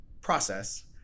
process